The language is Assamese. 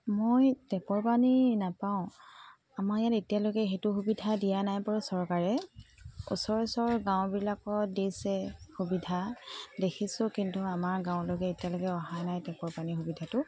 মই টেপৰ পানী নাপাওঁ আমাৰ ইয়াত এতিয়ালৈকে সেইটো সুবিধা দিয়া নাই চৰকাৰে ওচৰ ওচৰ গাঁওবিলাকত দিছে সুবিধা দেখিছোঁ কিন্তু আমাৰ গাঁৱলৈকে এতিয়ালৈকে অহা নাই টেপৰ পানীৰ সুবিধাটো